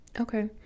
okay